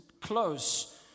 close